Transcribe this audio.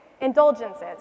indulgences